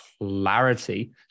clarity